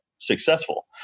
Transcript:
successful